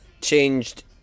changed